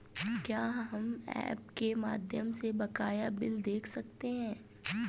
क्या हम ऐप के माध्यम से बकाया बिल देख सकते हैं?